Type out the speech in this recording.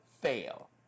fail